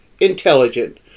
intelligent